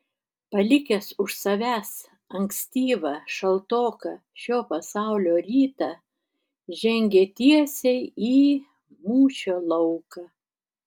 palikęs už savęs ankstyvą šaltoką šio pasaulio rytą žengė tiesiai į mūšio lauką